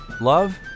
Love